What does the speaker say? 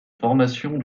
formation